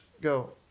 go